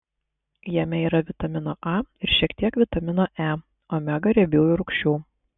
jame yra vitamino a ir šiek tiek vitamino e omega riebiųjų rūgščių